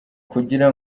kugira